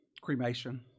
cremation